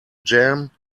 jam